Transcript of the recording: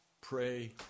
pray